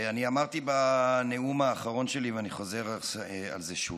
אני אמרתי בנאום האחרון שלי ואני חוזר על זה שוב: